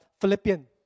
Philippians